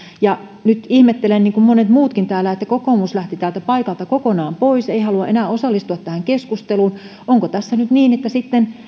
tämän nyt ihmettelen niin kuin monet muutkin täällä että kokoomus lähti täältä paikalta kokonaan pois ei halua enää osallistua tähän keskusteluun onko tässä nyt niin että sitten